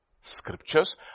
scriptures